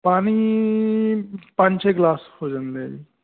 ਪਾਣੀ ਪੰਜ ਛੇ ਗਲਾਸ ਹੋ ਜਾਂਦੇ ਹੈ ਜੀ